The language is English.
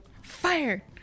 Fire